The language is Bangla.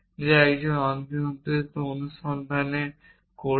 যা একজন অনিয়ন্ত্রিত অনুসন্ধানে করছে